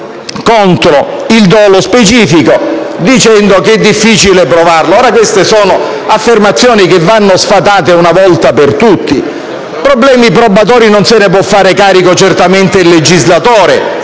contro il dolo specifico, dicendo che è difficile provarlo. Queste sono affermazioni che vanno sfatate una volta per tutte. Dei problemi probatori non si può far carico certamente il legislatore,